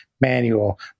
manual